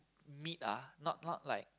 meat ah not not like